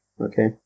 Okay